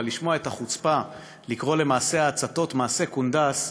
אבל לשמוע את החוצפה לקרוא למעשה ההצתות מעשה קונדס,